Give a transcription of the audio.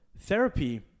therapy